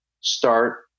start